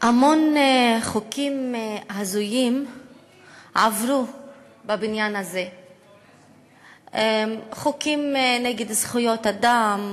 המון חוקים הזויים עברו בבניין הזה חוקים נגד זכויות אדם,